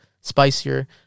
spicier